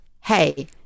Hey